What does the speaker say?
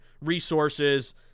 resources